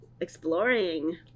exploring